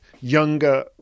younger